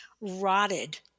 rotted